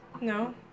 No